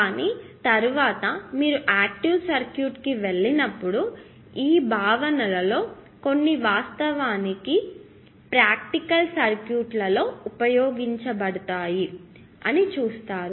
కానీ తరువాత మీరు యాక్టీవ్ సర్క్యూట్ కి వెళ్ళినప్పుడు ఈ భావనలలో కొన్ని వాస్తవానికి ప్రాక్టికల్ సర్క్యూట్లలో ఉపయోగించబడుతున్నాయి అని చూస్తారు